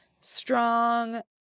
strong